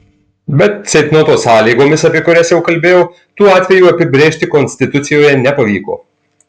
bet ceitnoto sąlygomis apie kurias jau kalbėjau tų atvejų apibrėžti konstitucijoje nepavyko